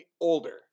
older